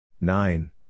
Nine